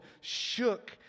shook